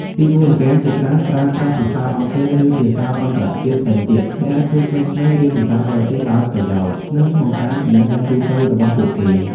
ទីបួន ហ្គេមជាច្រើនប្រើប្រាស់ភាសាអង់គ្លេស ឬភាសាអន្តរជាតិផ្សេងទៀត ដែលអាចជួយក្មេងៗ រៀនភាសាបរទេស ដោយប្រយោល និងបង្កើនចំណេះដឹងទូទៅរបស់ពួកគេ។